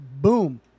boom